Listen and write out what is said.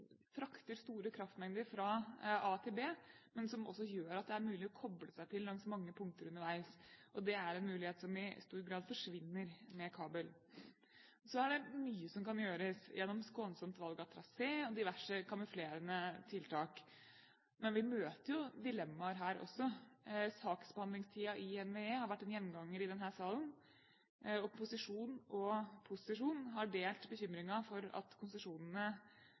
frakter store kraftmengder fra a til b, men som også gjør at det er mulig å koble seg til langs mange punkter underveis. Det er en mulighet som i stor grad forsvinner med kabel. Så er det mye som kan gjøres gjennom skånsomt valg av trasé og diverse kamuflerende tiltak. Men vi møter jo dilemmaer her også. Saksbehandlingstiden i NVE har vært en gjenganger i denne salen. Opposisjon og posisjon har delt bekymringen for at konsesjonene